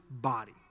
body